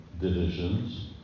divisions